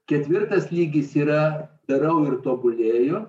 ketvirtas lygis yra darau ir tobulėju